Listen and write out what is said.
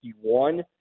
one